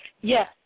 Yes